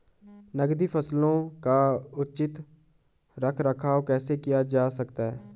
नकदी फसलों का उचित रख रखाव कैसे किया जा सकता है?